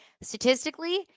Statistically